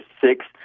six